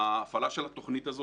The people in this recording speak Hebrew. ההפעלה של התוכנית הזאת,